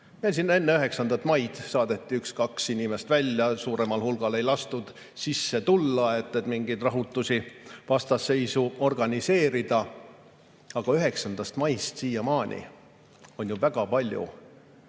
Meil siin enne 9. maid saadeti üks-kaks inimest välja, suuremal hulgal ei lastud sisse tulla, et mingeid rahutusi, vastasseisu organiseerida. Aga 9. maist siiamaani on ju väga palju